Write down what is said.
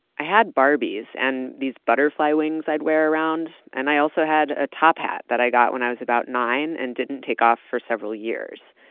i had barbies, and these like butterfly wings i'd wear around. and i also had a top hat that i got when i was about nine and didn't take off for several years.